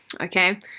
okay